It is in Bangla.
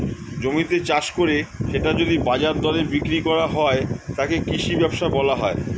জমিতে চাষ করে সেটিকে যদি বাজার দরে বিক্রি করা হয়, তাকে কৃষি ব্যবসা বলা হয়